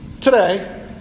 today